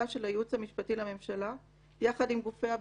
של הייעוץ המשפטי לממשלה יחד עם גופי הביטחון.